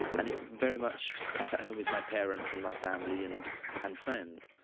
and it very much set at home with my parents and my family and and friends